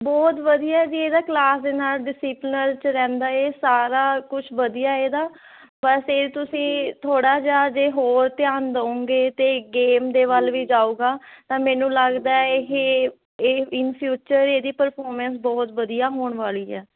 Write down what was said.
ਬਹੁਤ ਵਧੀਆ ਜੀ ਇਹਦਾ ਕਲਾਸ ਦੇ ਨਾਲ ਡਿਸੀਪਲ 'ਚ ਰਹਿੰਦਾ ਹੈ ਸਾਰਾ ਕੁਛ ਵਧੀਆ ਏ ਇਹਦਾ ਬਸ ਇਹ ਤੁਸੀਂ ਥੋੜ੍ਹਾ ਜਿਹਾ ਜੇ ਹੋਰ ਧਿਆਨ ਦਉਂਗੇ ਅਤੇ ਗੇਮ ਦੇ ਵੱਲ ਵੀ ਜਾਵੇਗਾ ਤਾਂ ਮੈਨੂੰ ਲੱਗਦਾ ਇਹ ਏ ਇਨ ਫਿਊਚਰ ਇਹਦੀ ਪਰਫੋਰਮੈਂਸ ਬਹੁਤ ਵਧੀਆ ਹੋਣ ਵਾਲੀ ਹੈ